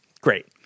great